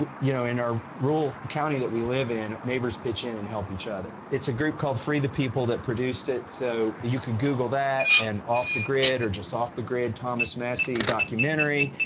you know in our rural county that we live in, neighbors pitch in and help each other. it's a group called free the people that produced it. so you could google that and off the grid or just off the grid thomas massie documentary.